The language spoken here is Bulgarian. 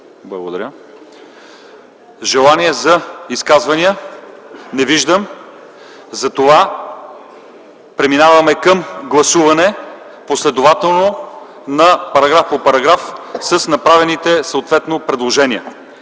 Има ли желания за изказвания? Не виждам. Преминаваме към гласуване последователно параграф по параграф с направените съответно предложения.